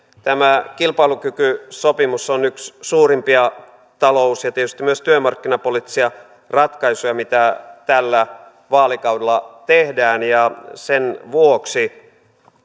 tämä kilpailukykysopimus on yksi suurimpia talous ja tietysti myös työmarkkinapoliittisia ratkaisuja mitä tällä vaalikaudella tehdään sen vuoksi